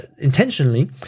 intentionally